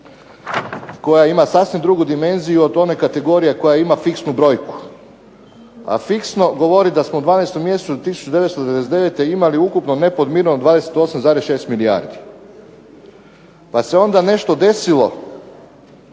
koja ima sasvim drugu dimenziju o tome, kategorija koja ima fiksnu brojku. A fiksno govori da smo u 12. mjesecu 1999. imali ukupno nepodmireno 28,6 milijardi. Pa se onda nešto desilo